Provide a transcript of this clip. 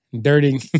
Dirty